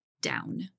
down